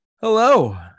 hello